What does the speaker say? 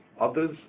others